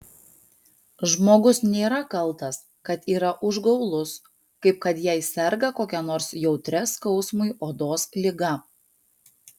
žmogus nėra kaltas kad yra užgaulus kaip kad jei serga kokia nors jautria skausmui odos liga